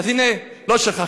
אז הנה, לא שכחתי.